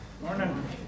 Morning